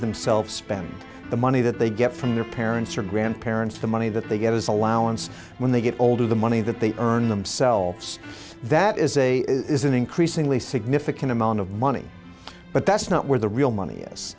themselves spend the money that they get from their parents or grandparents the money that they get as a while and when they get older the any that they earn themselves that is a is an increasingly significant amount of money but that's not where the real money